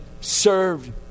served